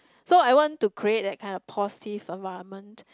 so I want to create that kind of positive environment